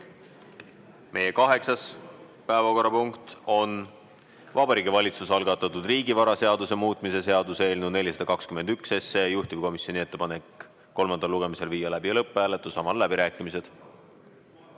Meie kaheksas päevakorrapunkt on Vabariigi Valitsuse algatatud riigivaraseaduse muutmise seaduse eelnõu 421. Juhtivkomisjoni ettepanek on kolmandal lugemisel viia läbi lõpphääletus. Avan läbirääkimised.